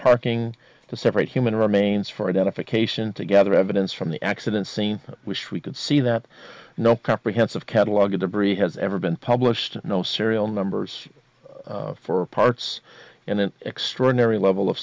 parking to separate human remains for identification to gather evidence from the accident scene wish we could see that no comprehensive catalog of debris has ever been published and no serial numbers for parts in an extraordinary level of